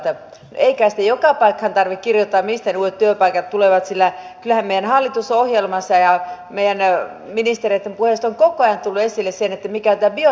ei kai sitä joka paikkaan tarvitse kirjoittaa mistä ne uudet työpaikat tulevat sillä kyllähän meidän hallitusohjelmasta ja meidän ministereitten puheista on koko ajan tullut esille se mikä tämän biotalouden merkitys on